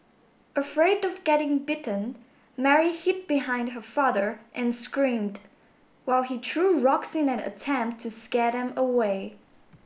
afraid of getting bitten Mary hid behind her father and screamed while he threw rocks in an attempt to scare them away